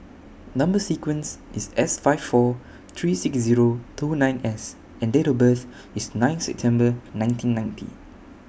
Number sequence IS S five four three six Zero two nine S and Date of birth IS nine September nineteen ninety